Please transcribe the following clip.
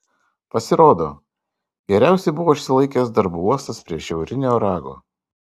pasirodo geriausiai buvo išsilaikęs darbų uostas prie šiaurinio rago